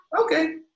okay